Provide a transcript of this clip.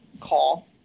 call